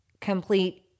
complete